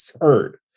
heard